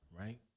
right